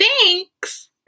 thanks